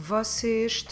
Vocês